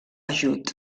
ajut